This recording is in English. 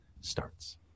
starts